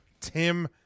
Tim